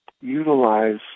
utilize